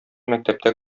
мәктәптә